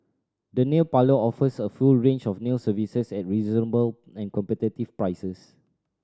the nail parlour offers a full range of nail services at reasonable and competitive prices